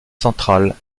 centrale